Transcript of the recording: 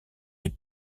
les